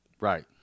right